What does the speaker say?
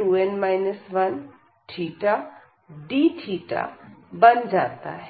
2n 1 dθ बन जाता है